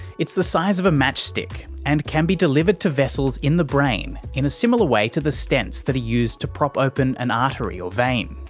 it's the size of a matchstick and can be delivered to vessels in the brain in a similar way to the stents that are used to prop open an artery or vein.